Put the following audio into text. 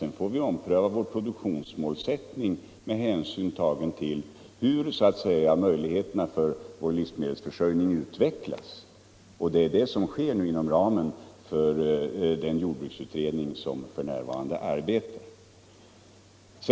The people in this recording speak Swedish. Sedan får vi ompröva vår produktionsmålsältning med hänsyn till hur möjligheterna för vår livsmedelsförsörjning utvecklas. Det är den prövningen som sker nu inom ramen för den jordbruksutredning som f. n. arbetar.